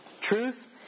truth